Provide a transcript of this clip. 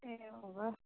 एवं वा